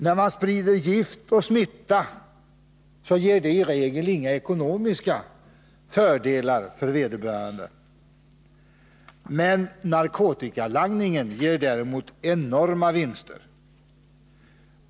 När man sprider gift och smitta ger det iregelinga ekonomiska fördelar för vederbörande. Narkotikalangningen ger däremot enorma vinster.